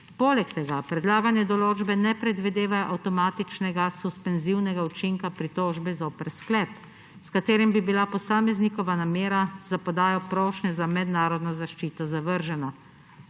Poleg tega predlagane določbe ne predvidevajo avtomatičnega suspenzivnega učinka pritožbe zoper sklep, s katerim bi bila posameznikova namera za podajo prošnje za mednarodno zaščito zavržena.